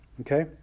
Okay